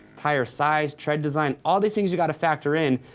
tire size, tread design. all these things you gotta factor in,